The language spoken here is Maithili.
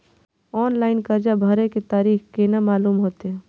ऑनलाइन कर्जा भरे के तारीख केना मालूम होते?